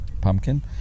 pumpkin